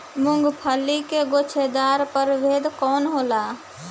मूँगफली के गुछेदार प्रभेद कौन होला?